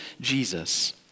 Jesus